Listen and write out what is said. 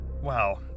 wow